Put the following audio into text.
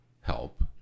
help